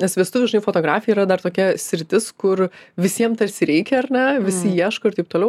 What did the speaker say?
nes vestuvių žinai fotografija dar tokia sritis kur visiem tarsi reikia ar ne visi ieško ir taip toliau